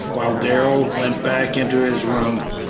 while darrell went back into his room.